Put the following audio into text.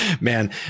Man